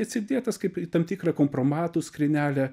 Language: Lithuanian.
atidėtas kaip į tam tikrą kompromatų skrynelę